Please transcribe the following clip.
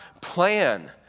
plan